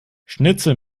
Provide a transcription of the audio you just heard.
schnitzel